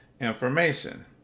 information